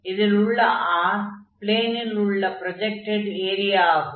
இதில் உள்ள R ப்ளேனில் உள்ள ப்ரொஜக்டட் ஏரியா ஆகும்